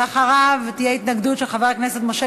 אחריו תהיה התנגדות של חבר הכנסת משה